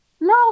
No